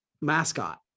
mascot